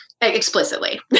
explicitly